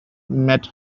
met